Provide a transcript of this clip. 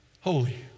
Holy